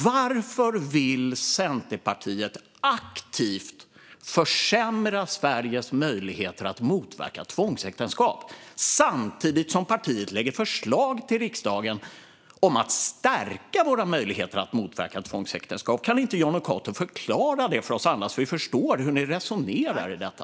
Varför vill Centerpartiet aktivt försämra Sveriges möjligheter att motverka tvångsäktenskap, samtidigt som partiet lägger fram förslag till riksdagen om att stärka våra möjligheter att motverka tvångsäktenskap? Kan inte Jonny Cato förklara det för oss andra så att vi förstår hur ni resonerar i detta?